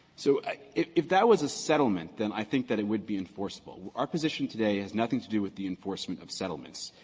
so i if if that was a settlement, then i think that it would be enforceable. our position today has nothing to do with the enforcement of settlements.